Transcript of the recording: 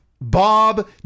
Bob